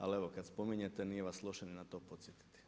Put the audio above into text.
Ali evo kad spominjete nije vas loše ni na to podsjetiti.